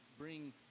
bring